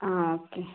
ആ ഓക്കെ